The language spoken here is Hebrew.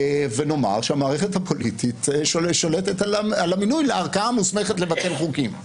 ונאמר שהמערכת הפוליטית שולטת על המינוי לערכאה המוסמכת לבטל חוקים?